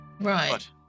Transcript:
Right